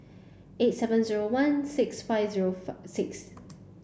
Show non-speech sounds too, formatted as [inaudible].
eight seven zero one six five zero [unintelligible] six